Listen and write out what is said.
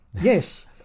Yes